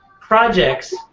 projects